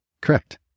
correct